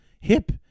hip